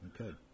Okay